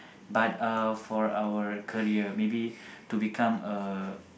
but uh for our career maybe to become uh